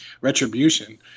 retribution